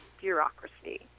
bureaucracy